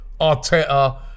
Arteta